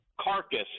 carcass